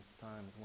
times